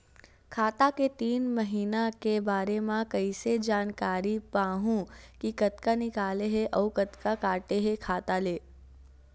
खाता के तीन महिना के बारे मा कइसे जानकारी पाहूं कि कतका निकले हे अउ कतका काटे हे खाता ले?